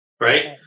right